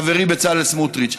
חברי בצלאל סמוטריץ.